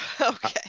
Okay